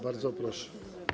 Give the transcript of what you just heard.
Bardzo proszę.